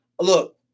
look